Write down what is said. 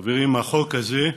חברים, החוק הזה,